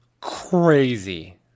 crazy